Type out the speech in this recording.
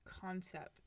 concept